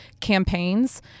campaigns